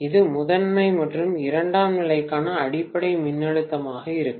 இது முதன்மை மற்றும் இரண்டாம் நிலைக்கான அடிப்படை மின்னழுத்தமாக இருக்கும்